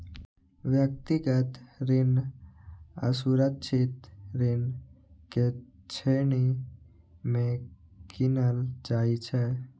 व्यक्तिगत ऋण असुरक्षित ऋण के श्रेणी मे गिनल जाइ छै